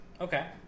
Okay